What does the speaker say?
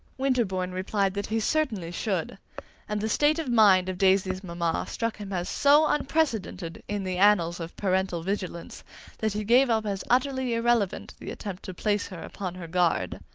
winterbourne replied that he certainly should and the state of mind of daisy's mamma struck him as so unprecedented in the annals of parental vigilance that he gave up as utterly irrelevant the attempt to place her upon her guard.